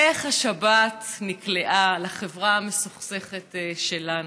איך השבת נקלעה לחברה המסוכסכת שלנו?